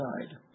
inside